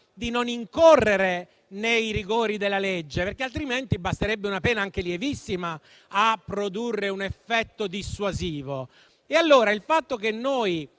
di non incorrere nei rigori della legge, altrimenti basterebbe una pena anche lievissima a produrre un effetto dissuasivo. Si continua